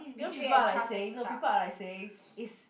you know people are like saying know people are like saying is